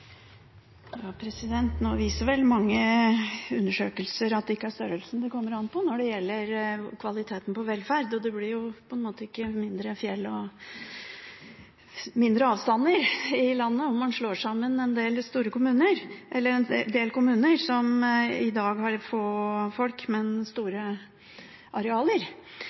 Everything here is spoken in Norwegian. størrelsen det kommer an på nå det gjelder kvaliteten på velferd. Og det blir ikke mindre fjell og mindre avstander i landet om man slår sammen en del kommuner som i dag har få folk, men store arealer.